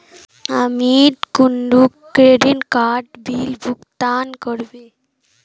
अमित कुंदिना क्रेडिट काडेर बिल भुगतान करबे